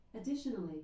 Additionally